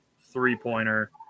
three-pointer